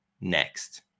next